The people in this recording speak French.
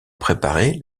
préparait